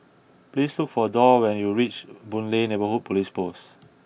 please look for Dorr when you reach Boon Lay Neighbourhood Police Post